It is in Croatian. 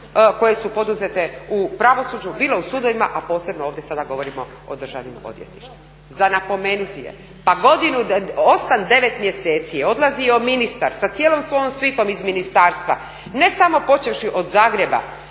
koje su poduzete u pravosuđu, bilo u sudovima, a posebno ovdje sada govorimo o državnom odvjetništvu. Za napomenuti je, pa 8-9 mjeseci je odlazio ministar sa cijelom svojom svitom iz ministarstva, ne samo počevši od Zagreba